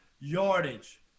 yardage